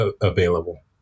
available